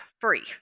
free